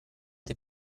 dei